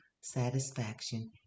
satisfaction